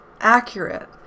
accurate